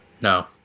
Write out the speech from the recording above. No